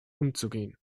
umzugehen